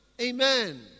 Amen